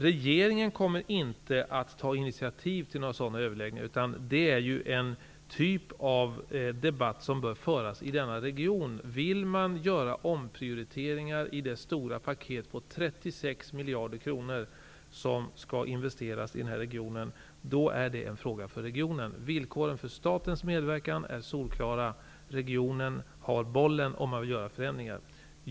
Regeringen kommer inte att ta initiativ till sådana överläggningar, utan det är en typ av debatt som bör föras i denna region. Vill man göra omprioriteringar i det stora paket på 36 miljarder kronor som skall investeras i den här regionen är det en fråga för regionen. Villkoren för statens medverkan är solklara. Regionen har bollen om man vill göra förändringar.